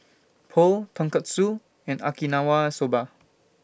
Pho Tonkatsu and Okinawa Soba